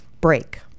break